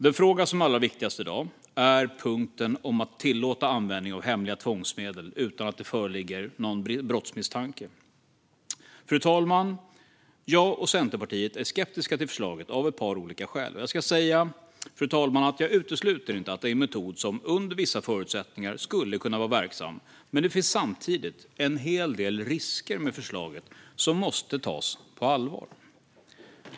Den fråga som är allra viktigast i dag är punkten om att tillåta användning av hemliga tvångsmedel utan att det föreligger någon brottsmisstanke. Fru talman! Jag och Centerpartiet är skeptiska till förslaget av ett par olika skäl. Jag ska säga, fru talman, att jag inte utesluter att detta är en metod som under vissa förutsättningar skulle kunna vara verksam, men det finns samtidigt en hel del risker med förslaget som måste tas på allvar.